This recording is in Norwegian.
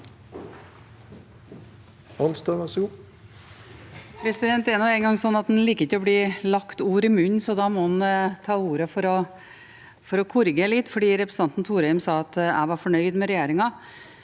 Det er nå en gang sånn at man ikke liker å bli lagt ord i munnen, så da må man ta ordet for å korrigere litt. Representanten Thorheim sa at jeg var fornøyd med regjeringen.